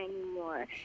anymore